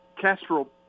Castro